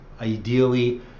ideally